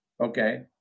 Okay